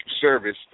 service